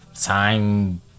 time